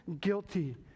guilty